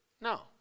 no